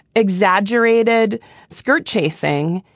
exaggerated skirt chasing.